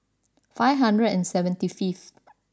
five hundred and seventy fifth